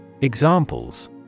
Examples